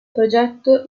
progetto